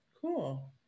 Cool